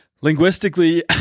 linguistically